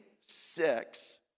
six